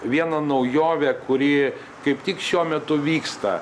viena naujovė kuri kaip tik šiuo metu vyksta